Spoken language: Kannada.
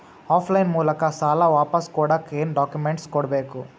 ಆಫ್ ಲೈನ್ ಮೂಲಕ ಸಾಲ ವಾಪಸ್ ಕೊಡಕ್ ಏನು ಡಾಕ್ಯೂಮೆಂಟ್ಸ್ ಕೊಡಬೇಕು?